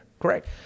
correct